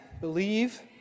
believe